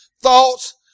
thoughts